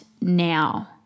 now